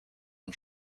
and